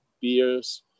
beers